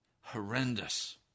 horrendous